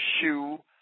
shoe